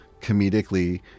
comedically